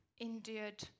endured